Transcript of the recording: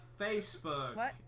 Facebook